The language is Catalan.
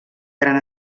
gran